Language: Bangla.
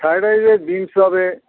ফ্রাইড রাইসে বিনস হবে